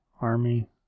army